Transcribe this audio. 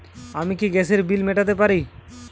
আমি কি গ্যাসের বিল মেটাতে পারি?